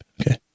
okay